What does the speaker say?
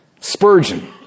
Spurgeon